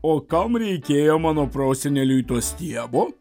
o kam reikėjo mano proseneliui to stiebo